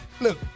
look